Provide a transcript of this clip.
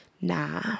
Nah